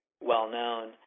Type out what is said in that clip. well-known